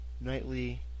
nightly